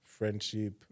friendship